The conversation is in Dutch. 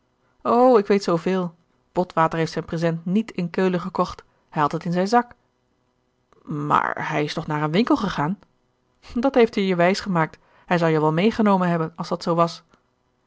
ik weet zoo veel botwater heeft zijn present niet in keulen gekocht hij had het in zijn zak maar hij is toch naar een winkel gegaan dat heeft hij je wijs gemaakt hij zou je wel meegenomen hebben als dat zoo was